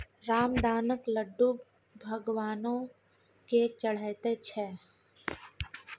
रामदानाक लड्डू भगवानो केँ चढ़ैत छै